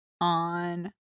on